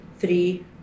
three